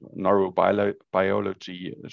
neurobiology